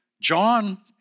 John